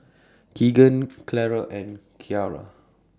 Keagan Clara and Ciara